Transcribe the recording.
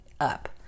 up